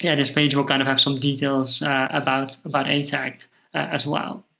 yeah this page will kind of have some details about about atag as well.